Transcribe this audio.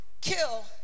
kill